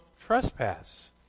trespass